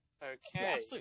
Okay